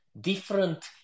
different